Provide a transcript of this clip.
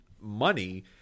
money